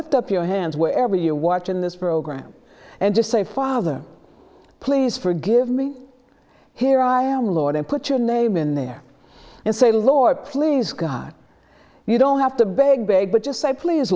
t up your hands wherever you're watching this program and just say father please forgive me here i am lord i put your name in there and say lord please god you don't have to beg beg but just say please